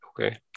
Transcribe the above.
Okay